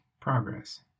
progress